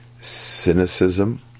cynicism